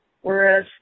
Whereas